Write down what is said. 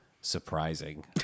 surprising